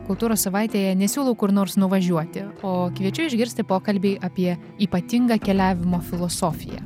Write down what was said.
kultūros savaitėje nesiūlau kur nors nuvažiuoti o kviečiu išgirsti pokalbį apie ypatingą keliavimo filosofiją